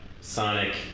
Sonic